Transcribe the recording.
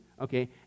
Okay